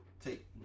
Take